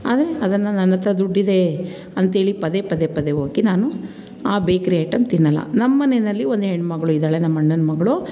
ಆದರೆ ಅದನ್ನು ನನ್ನ ಹತ್ರ ದುಡ್ಡಿದೆ ಅಂಥೇಳಿ ಪದೇ ಪದೇ ಪದೇ ಹೋಗಿ ನಾನು ಆ ಬೇಕ್ರಿ ಐಟಮ್ ತಿನ್ನೋಲ್ಲ ನಮ್ಮನೆಯಲ್ಲಿ ಒಂದು ಹೆಣ್ಮಗಳು ಇದ್ದಾಳೆ ನಮ್ಮಣ್ಣನ ಮಗಳು